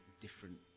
different